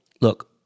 Look